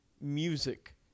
music